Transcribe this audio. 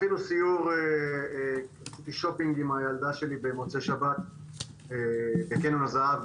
אפילו סיור שופינג עם הילדה שלי במוצאי שבת בקניון הזהב,